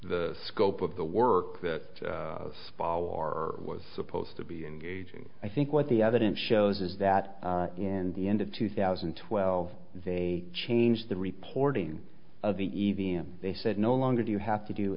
the scope of the work that spa war was supposed to be engaging i think what the evidence shows is that in the end of two thousand and twelve they changed the reporting of the e v f they said no longer do you have to do